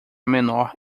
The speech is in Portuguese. menor